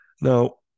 now